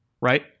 Right